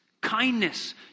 kindness